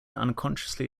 unconsciously